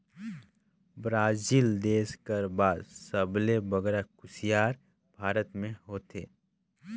Brazil देस कर बाद सबले बगरा कुसियार भारत में होथे